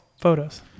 photos